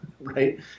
Right